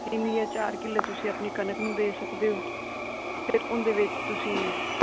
ਤਿੰਨ ਜਾਂ ਚਾਰ ਕਿੱਲੇ ਤੁਸੀਂ ਆਪਨੀ ਕਣਕ ਨੂੰ ਦੇ ਸਕਦੇ ਓ ਫਿਰ ਉਨ ਦੇ ਵਿੱਚ ਤੁਸੀਂ